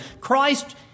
Christ